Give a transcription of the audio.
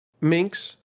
minks